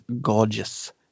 gorgeous